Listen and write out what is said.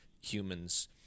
humans